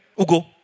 Ugo